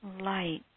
light